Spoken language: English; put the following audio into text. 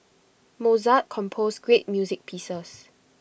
Mozart composed great music pieces